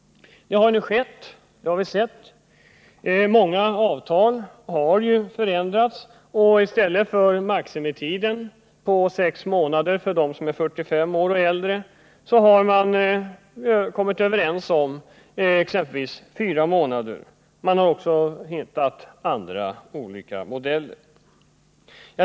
Det har skett — det har vi sett exempel på. I många avtal har villkoren förändrats, och i stället för maximitiden sex månader för dem som är 45 år och äldre har man kommit överens om exempelvis fyra månader. Man har också hittat andra modeller.